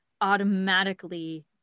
automatically